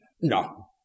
No